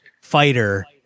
fighter